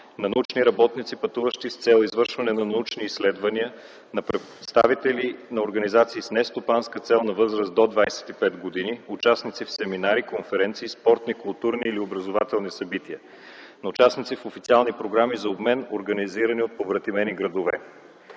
на научни работници, пътуващи с цел извършване на научни изследвания, на представители на организации с нестопанска цел на възраст до 25 години, участници в семинари, конкуренции, спортни, културни и образователни събития, на участници в официални програми за обмен, организирани от побратимени градове.